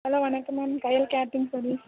hello வணக்கம் ma'am Kayal catering service